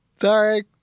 Sorry